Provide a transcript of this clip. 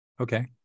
Okay